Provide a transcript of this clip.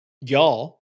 y'all